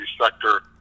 sector